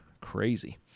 Crazy